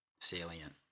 salient